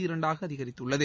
இரண்டாக அதிகரித்துள்ளது